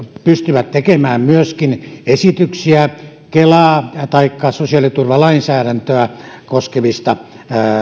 pystyvät tekemään myöskin esityksiä kelaa taikka sosiaaliturvalainsäädäntöä koskevista